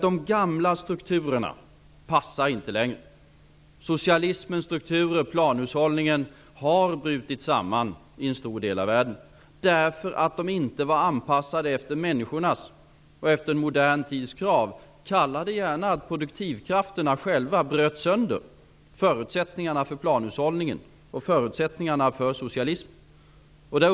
De gamla strukturerna passar inte längre. Socialismens strukturer, planhushållningen, har brutit samman i en stor del av världen. Det beror på att de inte var anpassade efter människornas och den moderna tidens krav. Kalla det gärna för att produktivkrafterna brutit sönder förutsättningarna för planhushållningen och socialismen.